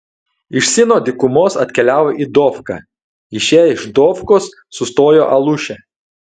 iš sino dykumos atkeliavo į dofką išėję iš dofkos sustojo aluše